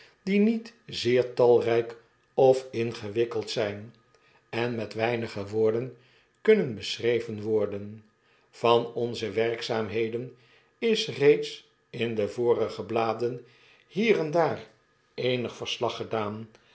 die niet zeer talrijk of ingewikkeld zyn en met weinige woorden kunnen beschreven worden van onze werkzaamheden is reeds in de vorige bladen hier en daar eenig verslag gedaan